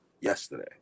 yesterday